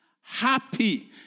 Happy